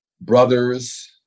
brothers